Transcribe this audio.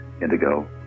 Indigo